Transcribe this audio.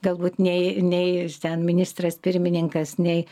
galbūt nei nei ten ministras pirmininkas nei